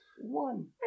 One